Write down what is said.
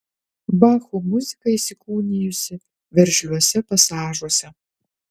bacho muzika įsikūnijusi veržliuose pasažuose